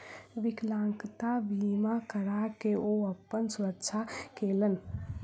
विकलांगता बीमा करा के ओ अपन सुरक्षा केलैन